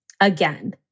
Again